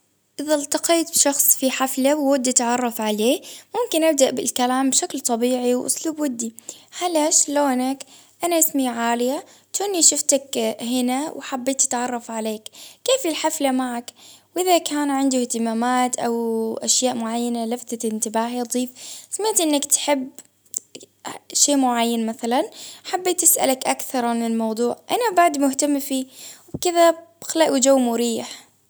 إلتقيت بشخص في حفلة وهو يتعرف عليه، ممكن أبدأ بالكلام بشكل طبيعي وإسلوب ودي، هلا شلونك؟ أنا إسمي عالية، كوني شفتك هنا وحبيت أتعرف عليك، كيف الحفلة معك؟ وإذا كان عنده إهتمامات أو أشياء معينة لفتت إنتباهي أضيف سمعت إنك تحب شيء معين مثلا، حبيت أسألك أكثر عن الموضوع، أنا بعد مهتمة فيه وكذا تخلأ وجو مريح.